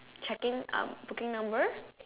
checking um booking number